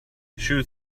shoot